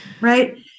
Right